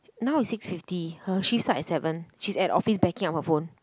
now is six fifty her shift starts at seven she's at office backing up her phone